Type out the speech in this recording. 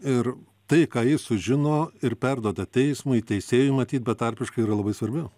ir tai ką jis sužino ir perduoda teismui teisėjui matyt betarpiškai yra labai svarbi